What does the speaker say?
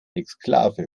exklave